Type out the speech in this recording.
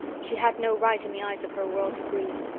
she had no right in the eyes of her world to grieve.